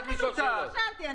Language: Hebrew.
אתה מנותק.